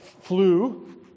flew